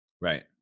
right